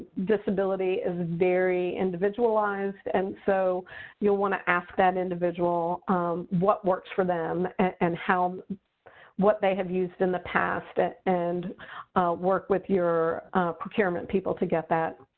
disability is very individualized. and so you'll want to ask that individual what works for them and what they have used in the past and work with your procurement people to get that.